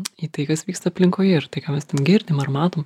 į tai kas vyksta aplinkoje ir tai ką mes girdim ar matom